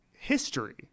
history